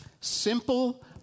Simple